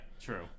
true